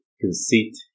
conceit